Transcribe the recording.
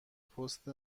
پست